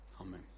Amen